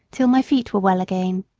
till my feet were well again.